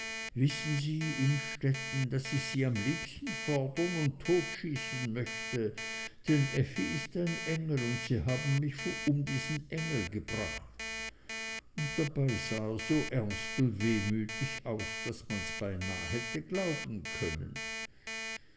wissen sie innstetten daß ich sie am liebsten fordern und totschießen möchte denn effi ist ein engel und sie haben mich um diesen engel gebracht und dabei sah er so ernst und wehmütig aus daß man's beinah hätte glauben können